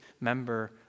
member